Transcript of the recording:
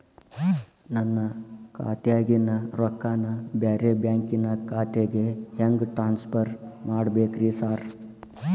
ನನ್ನ ಖಾತ್ಯಾಗಿನ ರೊಕ್ಕಾನ ಬ್ಯಾರೆ ಬ್ಯಾಂಕಿನ ಖಾತೆಗೆ ಹೆಂಗ್ ಟ್ರಾನ್ಸ್ ಪರ್ ಮಾಡ್ಬೇಕ್ರಿ ಸಾರ್?